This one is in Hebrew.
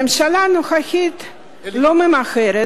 הממשלה הנוכחית לא ממהרת,